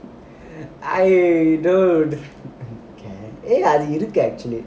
I know அது:athu !hey! அது இருக்கு:adhu irukku actually